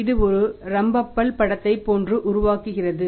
இது ஒரு இரம்பப்பல் படத்தை போன்று உருவாக்குகிறது